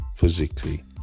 physically